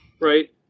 Right